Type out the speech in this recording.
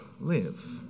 live